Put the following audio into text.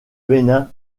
bénin